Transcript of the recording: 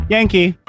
Yankee